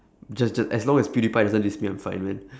j~ just as long as pewdiepie doesn't diss me then I'm fine with it